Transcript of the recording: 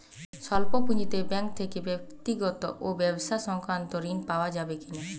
স্বল্প পুঁজির ব্যাঙ্ক থেকে ব্যক্তিগত ও ব্যবসা সংক্রান্ত ঋণ পাওয়া যাবে কিনা?